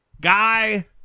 guy